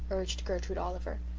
urged gertrude oliver.